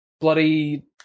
Bloody